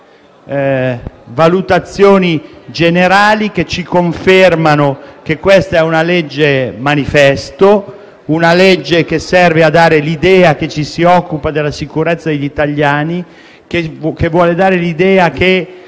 valutazioni generali che ci confermano che questa è una legge manifesto, che serve a dare l'idea che ci si occupa della sicurezza degli italiani e che si identifica